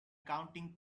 counting